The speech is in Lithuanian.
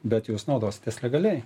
bet jūs naudositės legaliai